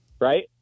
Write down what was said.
right